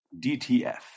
DTF